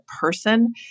person